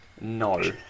No